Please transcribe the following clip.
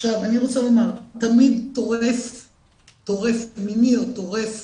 עכשיו אני רוצה לומר, תמיד טורף מיני או טורף